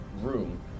room